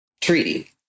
treaty